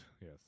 Yes